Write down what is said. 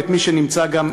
וגם את מי שנמצא בשבי.